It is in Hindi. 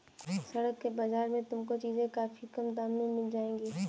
सड़क के बाजार में तुमको चीजें काफी कम दाम में मिल जाएंगी